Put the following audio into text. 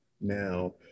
now